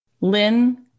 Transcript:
Lynn